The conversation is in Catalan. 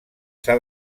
s’ha